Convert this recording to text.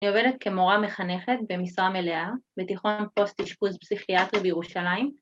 ‫אני עובדת כמורה מחנכת במשרה מלאה ‫בתיכון פוסט-אישפוז פסיכיאטרי בירושלים.